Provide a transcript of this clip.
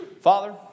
Father